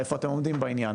איפה אתם עומדים בעניין,